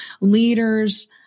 leaders